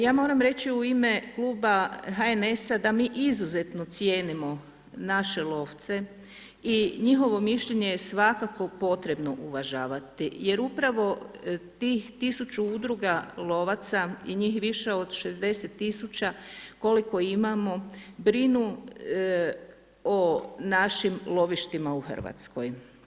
Ja moram reći u ime kluba HNS-a da mi izuzetno cijenimo naše lovce i njihovo mišljenje je svakako potrebno uvažavati jer upravo tih 1000 udruga lovaca i njih više od 60 tisuća koliko imamo brinu o našim lovištima u Hrvatskoj.